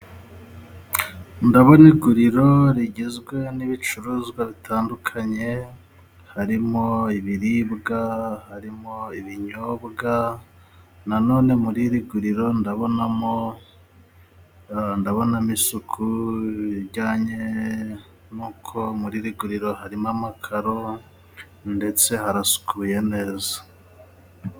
Ndabona iguriro rigizwe n'ibicuruzwa bitandukanye, harimo:ibiribwa, harimo ibinyobwa, nanone muri iri guriro ndabonamo ndabonamo isuku bijyanye n'uko muri iri guriro harimo amakaro, ndetse harasukuye neza.